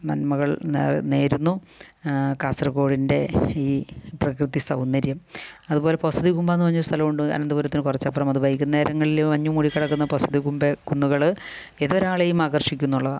നന്മകൾ നേ നേരുന്നു കാസർഗോഡിൻ്റെ ഈ പ്രകൃതി സൗന്ദര്യം അതുപോലെ വസതികുമ്പ എന്ന് പറഞ്ഞ ഒരു സ്ഥലമുണ്ട് അനന്തപുരത്തിൻ്റെ കുറച്ച് അപ്പുറം അത് വൈകുന്നേരങ്ങളിൽ മഞ്ഞ് മൂടിക്കിടക്കുന്ന വസതികുമ്പ കുന്നുകൾ ഏതൊരാളെയും ആകർഷിക്കും എന്നുള്ളതാണ്